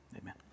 amen